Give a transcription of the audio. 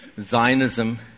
Zionism